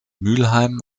mülheim